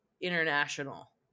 international